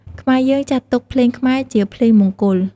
ខ្មែរយើងចាត់ទុកភ្លេងខ្មែរជាភ្លេងមង្គល។